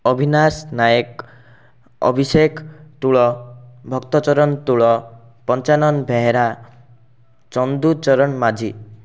Abinash Nayak Abhishek Tul Bhaktacharan Tul Panchanan Behera Chanducharan Majhi